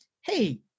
Hey